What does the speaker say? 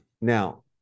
now